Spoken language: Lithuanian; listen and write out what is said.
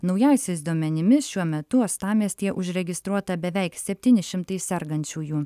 naujausiais duomenimis šiuo metu uostamiestyje užregistruota beveik septyni šimtai sergančiųjų